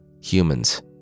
humans